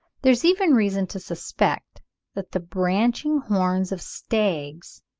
there is even reason to suspect that the branching horns of stags,